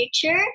future